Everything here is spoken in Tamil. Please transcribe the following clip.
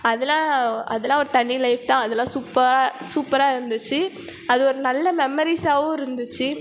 அதெல்லாம் அதெல்லாம் ஒரு தனி லைஃப் தான் அதெல்லாம் சூப்பராக சூப்பராக இருந்துச்சு அது ஒரு நல்ல மெம்மரிஸாகவும் இருந்துச்சு